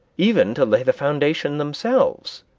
even to lay the foundation themselves.